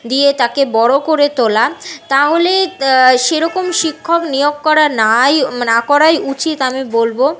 দিয়ে তাকে বড় করে তোলা তা হলে সে রকম শিক্ষক নিয়োগ করা না ই মানে না করাই উচিত আমি বলব